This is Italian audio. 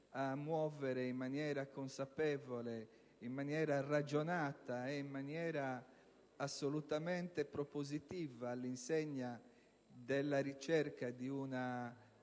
a muovere in maniera consapevole, ragionata ed assolutamente propositiva, all'insegna della ricerca di una